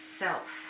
self